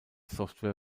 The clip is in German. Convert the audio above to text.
software